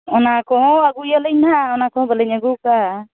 ᱚᱱᱟᱠᱚᱦᱚᱸ ᱟᱹᱜᱩᱭᱟᱞᱤᱧ ᱱᱟᱦᱟᱜ ᱚᱱᱟᱠᱚᱦᱚᱸ ᱵᱟᱹᱞᱤᱧ ᱟᱹᱜᱩᱣᱠᱟᱜᱼᱟ